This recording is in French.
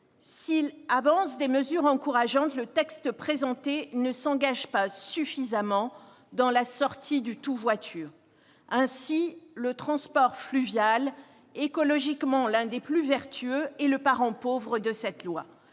S'il comporte des mesures encourageantes, le texte présenté ne s'engage pas suffisamment dans la voie de la sortie du « tout-voiture ». Ainsi, le transport fluvial, écologiquement l'un des plus vertueux, est le parent pauvre de ce